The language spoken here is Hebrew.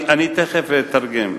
אני תיכף אתרגם.